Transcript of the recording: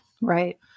Right